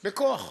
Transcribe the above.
בכוח.